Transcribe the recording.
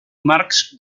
marcs